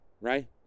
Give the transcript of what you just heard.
right